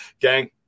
gang